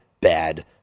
bad